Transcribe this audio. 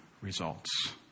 results